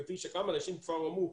כפי שכמה אנשים כבר אמרו,